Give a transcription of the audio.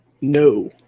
No